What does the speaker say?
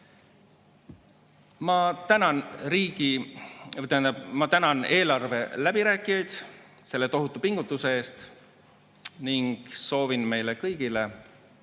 Ma tänan eelarve läbirääkijaid selle tohutu pingutuse eest ning soovin meile kõigile